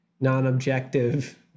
non-objective